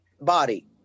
body